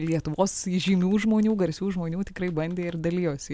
lietuvos įžymių žmonių garsių žmonių tikrai bandė ir dalijosi